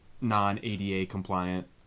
non-ADA-compliant